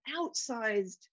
outsized